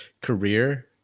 career